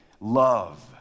love